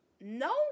no